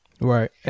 Right